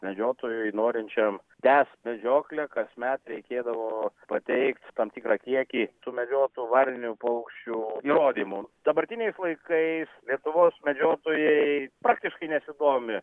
medžiotojui norinčiam tęst medžioklę kasmet reikėdavo pateikt tam tikrą kiekį sumedžiotų varninių paukščių įrodymų dabartiniais laikais lietuvos medžiotojai praktiškai nesidomi